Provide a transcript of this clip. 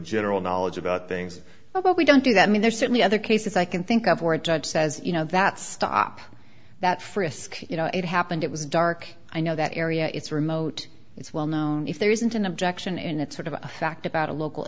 general knowledge about things about we don't do that mean there are certainly other cases i can think of where a judge says you know that stop that frisk you know it happened it was dark i know that area it's remote it's well known if there isn't an objection in that sort of a fact about a local